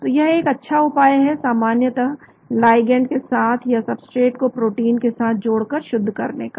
तो यह एक अच्छा उपाय है सामान्यतः लाइगैंड के साथ या सबस्ट्रेट को प्रोटीन के साथ जोड़कर शुद्ध करने का